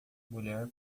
mulher